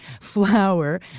flower